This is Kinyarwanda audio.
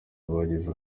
abagize